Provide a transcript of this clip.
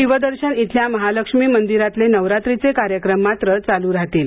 शिवदर्शन इथल्या महालक्ष्मी मंदिरातले नवरात्राचे कार्यक्रम मात्र चालू राहतील